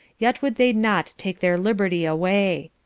yet would they not take their liberty away.